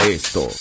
esto